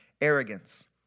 arrogance